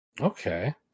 Okay